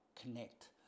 connect